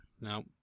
No